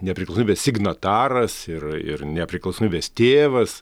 nepriklausomybės signataras ir ir nepriklausomybės tėvas